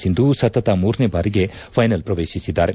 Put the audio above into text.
ಸಿಂಧು ಸತತ ಮೂರನೇ ಬಾರಿಗೆ ಫೈನಲ್ ಪ್ರವೇಶಿಸಿದ್ದಾರೆ